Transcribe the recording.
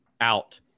out